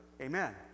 Amen